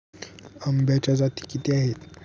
आंब्याच्या जाती किती आहेत?